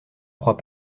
crois